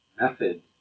method